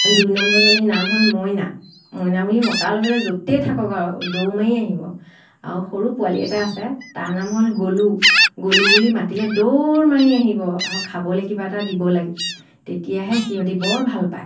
দুই নম্বৰজনীৰ নাম হ'ল মইনা মইনা বুলি মতাৰ লগে লগে য'তেই থাকক আৰু দৌৰ মাৰি আহিব আৰু সৰু পোৱালি এটা আছে তাৰ নাম হ'ল গলু গলু বুলি মাতিলে দৌৰ মাৰি আহিব আৰু খাবলৈ কিবা এটা দিব লাগে তেতিয়াহে সিহঁতি বৰ ভাল পায়